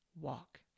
walk